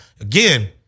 again